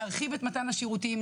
להרחיב את מתן השירותים,